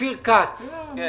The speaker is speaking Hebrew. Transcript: אופיר כץ, בבקשה.